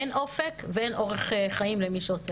אין אופק ואין אורח חיים למי שעושה את העבודה הזו.